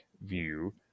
view